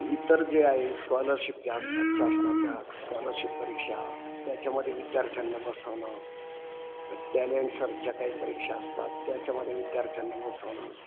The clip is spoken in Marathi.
इतर जे आहे स्कॉलरशिप ज्या असतात शासनाच्या स्कॉलरशिप परीक्षा त्याच्यामध्ये विद्यार्थ्यांना बसवणं मग टॅलेंट सर्चच्या काही परीक्षा असतात त्याच्यामध्ये विद्यार्थ्यांना बसवणं